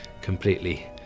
completely